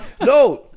no